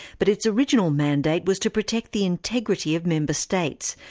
but its original mandate was to protect the integrity of member states,